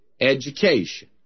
education